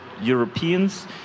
Europeans